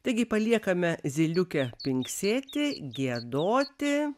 taigi paliekame zyliukę pinksėti giedoti